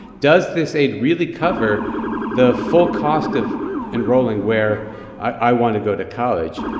does this aid really cover the full cost of enrolling where i want to go to college?